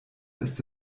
ist